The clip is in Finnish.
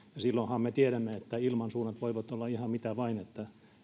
me tiedämme että silloinhan ilmansuunnat voivat olla ihan mitä vain että